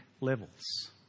levels